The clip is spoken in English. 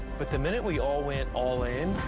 but the minute we all went all in,